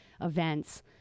events